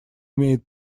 имеет